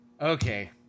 Okay